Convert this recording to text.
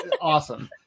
awesome